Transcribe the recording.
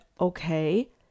okay